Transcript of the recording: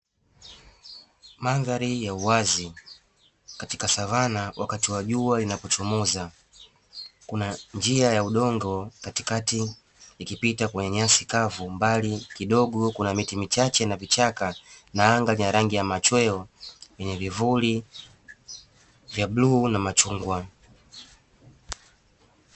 Mandhari ya uwazi katika Savana, wakati wa jua linapochomoza, kuna njia ya udongo katikati ikipita kwenye nyasi kavu, mbali kidogo kuna miti michache na vichaka, na anga lina rangi ya machweo, yenye vivuli vya bluu na machungwa.